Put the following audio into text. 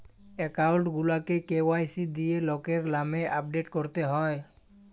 account গুলাকে KYC দিঁয়ে লকের লামে আপডেট ক্যরতে হ্যয়